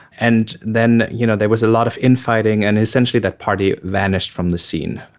and then you know there was a lot of infighting and essentially that party vanished from the scene,